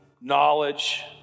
knowledge